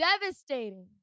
devastating